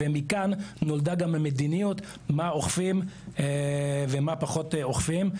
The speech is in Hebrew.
ומכאן נולדה גם המדיניות מה אוכפים ומה פחות אוכפים?